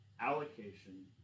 allocation